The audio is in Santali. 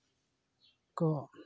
ᱠᱚ